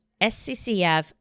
SCCF